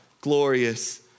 glorious